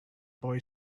boy